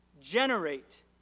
generate